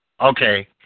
Okay